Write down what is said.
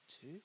two